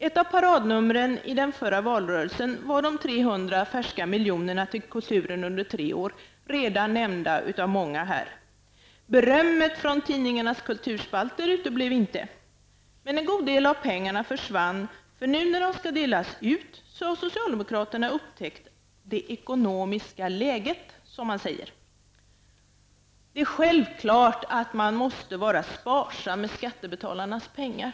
Ett av paradnumren i den förra valrörelsen var de 300 färska miljonerna till kulturen under tre år, redan nämnt av många talare i kväll. Berömmet från tidningarnas kulturspalter uteblev inte heller. Men en god del av pengarna försvann, för nu när de skall delas ut har socialdemokraterna upptäckt ''det ekonomiska läget'', som man säger. Det är självklart att man måste vara sparsam med skattebetalarnas pengar.